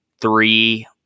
three